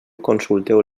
consulteu